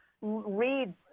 read